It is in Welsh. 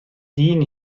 dyn